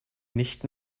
nicht